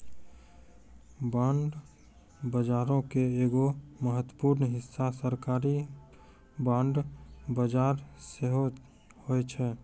bond बजारो के एगो महत्वपूर्ण हिस्सा सरकारी बांड बजार सेहो होय छै